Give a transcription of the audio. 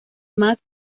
mas